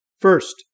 first